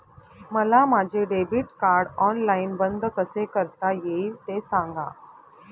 मला माझे debit card online बंद कसे करता येईल, ते सांगा